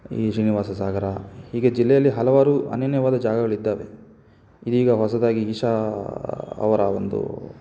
ಈ ಶ್ರೀನಿವಾಸ ಸಾಗರ ಹೀಗೆ ಜಿಲ್ಲೆಯಲ್ಲಿ ಹಲವಾರು ಅನನ್ಯವಾದ ಜಾಗಗಳು ಇದ್ದಾವೆ ಇದೀಗ ಹೊಸದಾಗಿ ಈಶಾ ಅವರ ಒಂದು